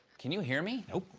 can you hear me? no,